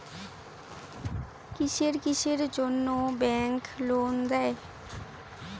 কিসের কিসের জন্যে ব্যাংক লোন দেয়?